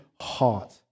heart